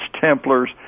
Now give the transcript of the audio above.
Templars